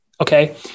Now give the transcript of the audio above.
Okay